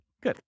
Good